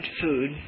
food